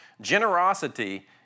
Generosity